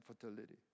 fertility